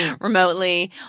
remotely